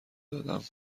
دادم